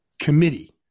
Committee